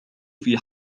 فِي